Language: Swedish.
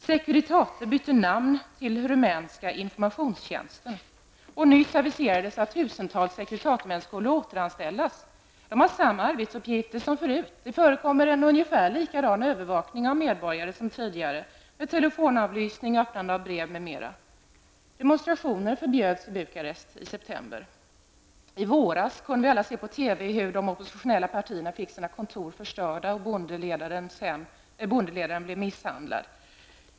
Securitate bytte namn till Rumänska informationstjänsten, och det har nyligen aviserats att tusentals Securitatemän skulle återanställas. De har samma arbetsuppgifter som förut. Det förekommer en ungefär likadan övervakning av medborgare som tidigare med telefonavlyssning, öppning av brev m.m. I våras kunde alla se på TV hur de oppositionella partierna fick sina kontor förstörda och att bondeledaren blev misshandlad.